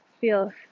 feel